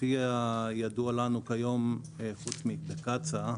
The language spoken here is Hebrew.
לפי הידוע לנו כיום חוץ מקצ"א,